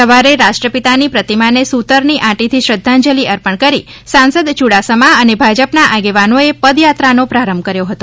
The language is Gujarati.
સવારે રાષ્ટ્રપિતા ની પ્રતિમાને સુતરની આંટી થી શ્રદ્ધાંજલિ અર્પણ કરી સાંસદ યુડાસમા અને ભાજપ ના આગેવાનોએ પ દયાત્રાનો પ્રારંભ કર્યો હતો